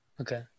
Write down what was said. okay